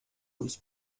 uns